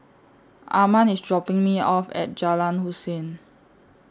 Arman IS dropping Me off At Jalan Hussein